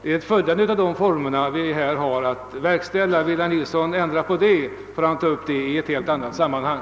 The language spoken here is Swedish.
Det är följderna av formerna för anslagsbehandlingen som vi här har att verkställa. Vill herr Nilsson ändra på formerna får han ta upp saken i ett annat sammanhang.